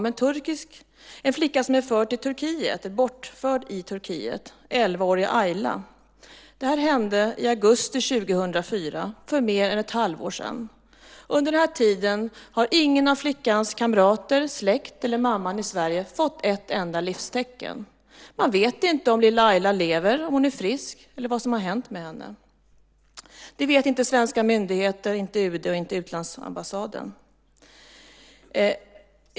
Det är en flicka som är bortförd i Turkiet, elvaåriga Ayla. Det här hände i augusti 2004, för mer än ett halvår sedan. Under den här tiden har ingen av flickans kamrater, släkt eller mamman i Sverige fått ett enda livstecken. Man vet inte om lilla Ayla lever, om hon är frisk eller vad som har hänt med henne. Det vet inte svenska myndigheter, inte UD och inte utlandsambassaden.